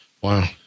Wow